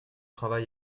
travail